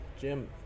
jim